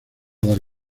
dar